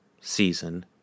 season